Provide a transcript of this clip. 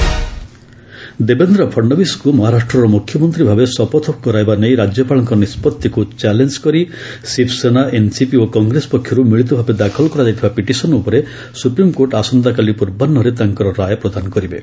SC Maharashtra Devendra ଫଡ୍ନବୀଶଙ୍କ ମହାରାଷ୍ଟର ମ୍ରଖ୍ୟମନ୍ତ୍ରୀ ଭାବେ ଶପଥପାଠ କରାଇବା ନେଇ ରାଜ୍ୟପାଳଙ୍କ ନିଷ୍ପଭିକୁ ଚ୍ୟାଲେଞ୍ଜ୍ କରି ଶିବସେନା ଏନ୍ସିପି ଓ କଂଗ୍ରେସ ପକ୍ଷରୁ ମିଳିତ ଭାବେ ଦାଖଲ୍ କରାଯାଇଥିବା ପିଟିସନ୍ ଉପରେ ସୁପ୍ରିମ୍କୋର୍ଟ ଆସନ୍ତାକାଲି ପୂର୍ବାହୁରେ ତାଙ୍କର ରାୟ ପ୍ରଦାନ କରିବେ